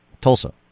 Tulsa